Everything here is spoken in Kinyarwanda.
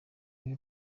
new